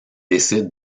décide